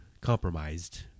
compromised